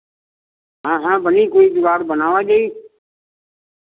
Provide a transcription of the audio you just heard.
हाँ हाँ बनी कोई जुगाड़ बनावा जाई